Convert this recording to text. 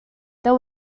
there